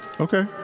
Okay